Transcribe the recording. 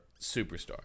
superstar